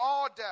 order